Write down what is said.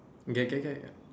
get get get